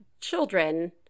children